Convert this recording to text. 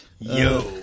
Yo